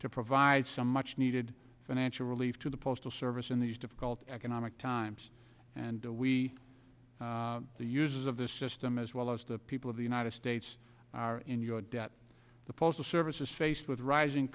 to provide some much needed financial relief to the postal service in these difficult economic times and we users of the system as well as the people of the united states are in your debt the postal service is faced with rising